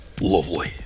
lovely